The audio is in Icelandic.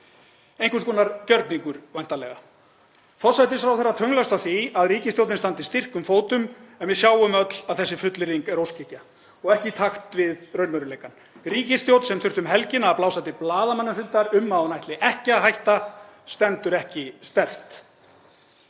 einhvers konar gjörningur. Forsætisráðherra tönnlast á því að ríkisstjórnin standi styrkum fótum en við sjáum öll að þessi fullyrðing er óskhyggja og ekki í takti við raunveruleikann. Ríkisstjórn sem þurfti um helgina að blása til blaðamannafundar um að hún ætli ekki að hætta stendur ekki sterkt.